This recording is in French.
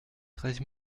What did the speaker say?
treize